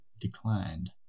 declined